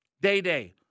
Day-day